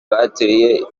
bateye